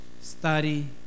study